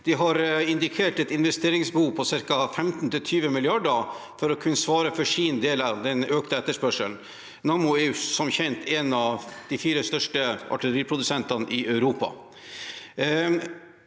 De har indikert et investeringsbehov på ca. 15– 20 mrd. kr for å kunne svare for sin del av den økte etterspørselen. Nammo er som kjent en av de fire største artilleriprodusentene i Europa.